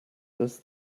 does